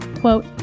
Quote